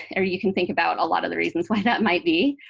and or you can think about a lot of the reasons why that might be.